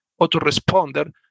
autoresponder